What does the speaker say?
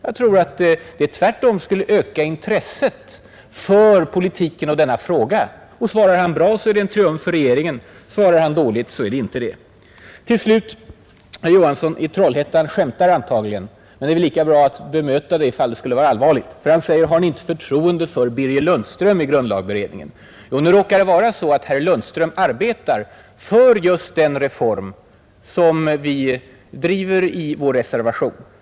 Jag tror att det tvärtom skulle öka intresset för politiken och denna fråga. Svarar han bra är det en triumf för regeringen, svarar han dåligt blir det tvärtom. Till slut: herr Johansson i Trollhättan skämtar antagligen, men det är väl lika bra att bemöta det, i fall det skulle vara allvarligt menat. Han frågar: Har ni inte förtroende för Birger Lundström i grundlagberedningen? Nu råkar det vara så att herr Lundström arbetar för just denna reform som vi driver i vår reservation.